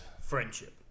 Friendship